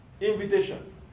Invitation